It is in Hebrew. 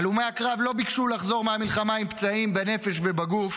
הלומי הקרב לא ביקשו לחזור מהמלחמה עם פצעים בנפש ובגוף.